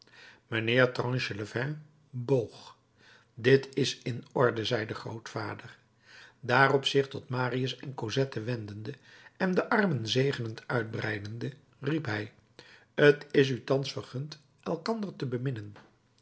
mijnheer tranchelevent boog dit is in orde zei de grootvader daarop zich tot marius en cosette wendende en de armen zegenend uitbreidende riep hij t is u thans vergund elkander te